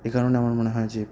একারণে আমার মনে হয় যে